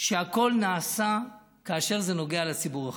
שהכול נעשה כאשר זה נוגע לציבור החרדי.